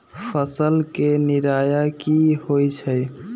फसल के निराया की होइ छई?